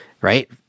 right